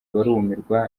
barumirwa